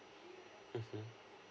mm